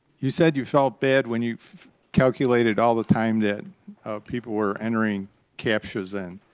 you said you felt bad when you calculated all the time that people were entering captchas in,